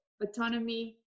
autonomy